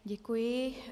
Děkuji.